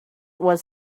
was